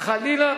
חלילה,